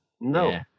No